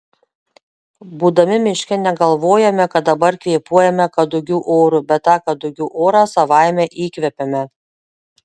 būdami miške negalvojame kad dabar kvėpuojame kadugių oru bet tą kadugių orą savaime įkvepiame